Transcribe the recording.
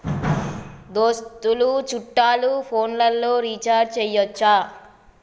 దోస్తులు చుట్టాలు ఫోన్లలో రీఛార్జి చేయచ్చా?